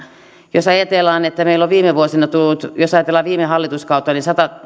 jos ajatellaan että meillä on viime vuosina tullut jos ajatellaan viime hallituskautta